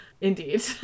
indeed